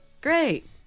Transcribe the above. Great